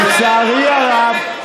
לצערי הרב,